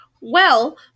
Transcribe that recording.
Well